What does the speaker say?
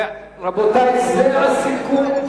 ורבותי, זה הסיכום.